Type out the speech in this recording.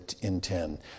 intend